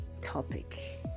topic